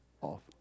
off